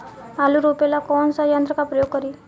आलू रोपे ला कौन सा यंत्र का प्रयोग करी?